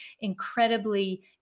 incredibly